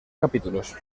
capítulos